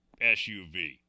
SUV